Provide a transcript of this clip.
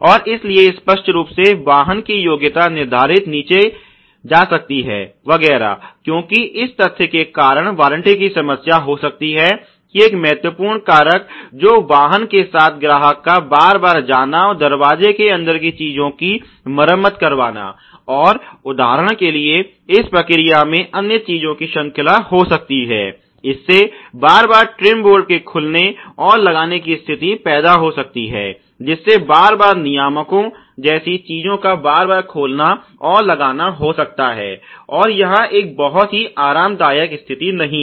और इसलिए स्पष्ट रूप से वाहन की योग्यता निर्धारण नीचे जा सकती है वगैरह क्योंकि इस तथ्य के कारण वारंटी की समस्या हो सकती है कि एक महत्वपूर्ण कारक जो वाहन के साथ ग्राहक का बार बार जाना और दरवाजे के अंदर की चीजों की मरम्मत करवाना और उदाहरण के लिए इस प्रक्रिया में अन्य चीजों की श्रृंखला हो सकती है इससे बार बार ट्रिम बोर्ड के खुलने और लगाने की स्थिति पैदा हो सकती है जिससे बार बार नियामकों जैसी चीजों का बार बार खोलना और लगाना हो सकता है और यह एक बहुत ही आरामदायक स्थिति नहीं है